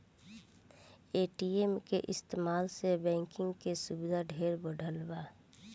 ATM के इस्तमाल से बैंकिंग के सुविधा ढेरे बढ़ल बा